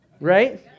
right